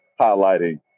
highlighting